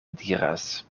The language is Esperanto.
diras